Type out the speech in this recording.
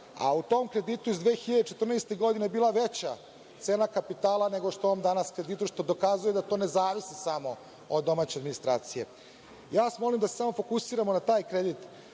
a u tom kreditu iz 2014. godine je bila veća cena kapitala nego što je u ovom danas kreditu, što dokazuje da to ne zavisi samo od domaće administracije. Ja vas molim da se samo fokusiramo na taj kredit.